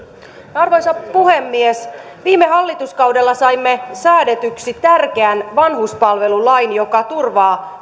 arvoisa puhemies viime hallituskaudella saimme säädetyksi tärkeän vanhuspalvelulain joka turvaa